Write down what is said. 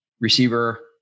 Receiver